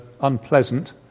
unpleasant